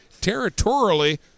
territorially